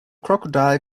crocodile